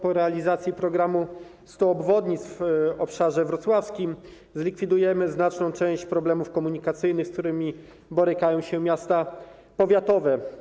Po realizacji programu budowy 100 obwodnic w obszarze wrocławskim zlikwidujemy znaczną część problemów komunikacyjnych, z którymi borykają się miasta powiatowe.